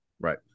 Right